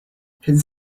his